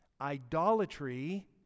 Idolatry